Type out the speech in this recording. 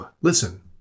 Listen